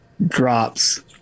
drops